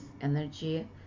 energy